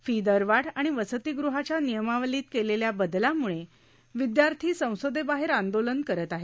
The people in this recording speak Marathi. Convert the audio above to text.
फी दरवाढ आणि वसतिगृहाच्या नियमावलीत केलेल्या बदलामुळे विदयार्थी संसदे बाहेर आंदोलन करत आहेत